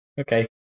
okay